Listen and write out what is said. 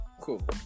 cool